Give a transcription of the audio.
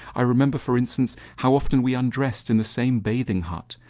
i remember for instance how often we undressed in the same bathing hut.